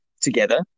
together